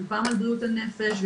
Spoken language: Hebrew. ופעם על בריאות הנפש,